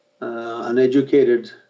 Uneducated